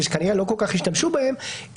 ושכנראה לא כל כך השתמשו בהן,